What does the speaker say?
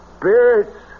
Spirits